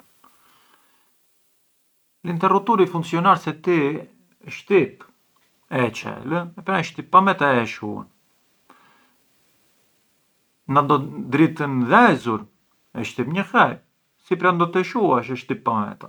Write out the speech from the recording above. L’interrutturi funcjonar se ti shtip e çel e pran e shtyp pometa e e shuan, na do dritën dhezur e shtyp një herë, si pran do të e shuash, e shtyp pameta.